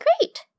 great